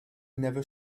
never